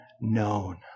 known